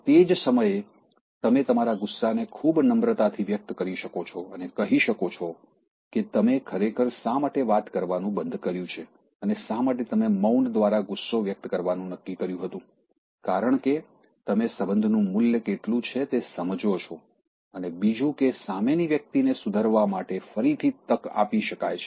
અને તે જ સમયે તમે તમારા ગુસ્સાને ખૂબ નમ્રતાથી વ્યક્ત કરી શકો છો અને કહી શકો છો કે તમે ખરેખર શા માટે વાત કરવાનું બંધ કર્યું છે અને શા માટે તમે મૌન દ્વારા ગુસ્સો વ્યક્ત કરવાનું નક્કી કર્યું હતું કારણ કે તમે સંબંધનું મૂલ્ય કેટલું છે તે સમજો છો અને બીજું કે સામેની વ્યક્તિને સુધરવા માટે ફરીથી તક આપી શકાય